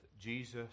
Jesus